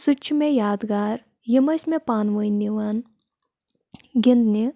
سُہ تہِ چھُ مےٚ یادگار یِم ٲسۍ مےٚ پانہٕ وٲنۍ نِوان گِنٛدنہِ